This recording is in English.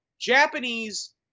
Japanese